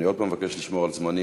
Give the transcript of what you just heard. אני עוד פעם מבקש לשמור על זמנים.